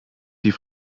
die